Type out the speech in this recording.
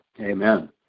Amen